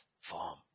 form